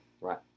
Right